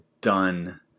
done